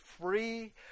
free